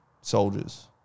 soldiers